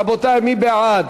רבותי, מי בעד?